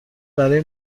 برای